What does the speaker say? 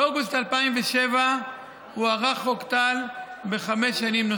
באוגוסט 2007 הוארך חוק טל בחמש שנים.